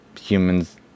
humans